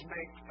make